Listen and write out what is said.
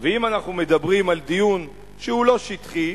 ואם אנחנו מדברים על דיון שהוא לא שטחי,